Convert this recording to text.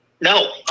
No